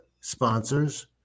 sponsors